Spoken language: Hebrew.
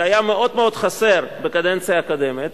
זה היה מאוד מאוד חסר בקדנציה הקודמת,